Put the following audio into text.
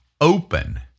open